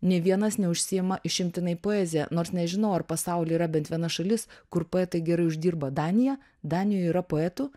nė vienas neužsiima išimtinai poeziją nors nežinau ar pasaulyje yra bent viena šalis kur poetai gerai uždirba danija danijoj yra poetų